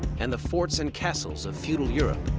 and the forts and castles of feudal europe.